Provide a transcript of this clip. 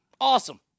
Awesome